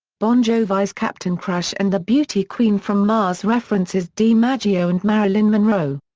bon jovi's captain crash and the beauty queen from mars references dimaggio and marilyn monroe.